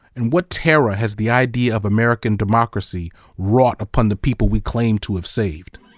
and what terror has the idea of american democracy wrought upon the people we claim to have saved?